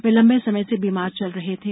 वे लम्बे समय से बीमार चल रहे थे